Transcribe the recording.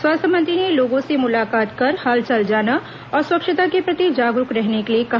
स्वास्थ्य मंत्री ने लोगों से मुलाकात कर हालचाल जाना और स्वच्छता के प्रति जागरूक रहने के लिए कहा